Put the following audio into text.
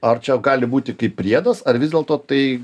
ar čia gali būti kaip priedas ar vis dėlto tai